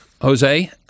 Jose